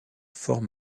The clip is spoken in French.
fort